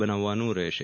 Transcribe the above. બનાવવાનું રહેશે